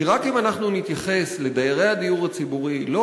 כי רק אם אנחנו נתייחס לדיירי הדיור הציבורי לא